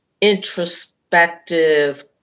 introspective